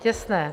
Těsné.